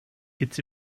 it’s